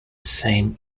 same